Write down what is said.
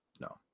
No